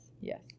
yes